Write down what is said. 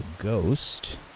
Ghost